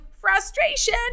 frustration